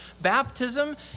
baptism